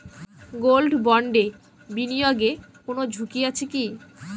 Gold বন্ডে বিনিয়োগে কোন ঝুঁকি আছে কি?